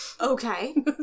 Okay